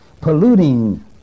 Polluting